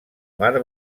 mar